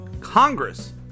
Congress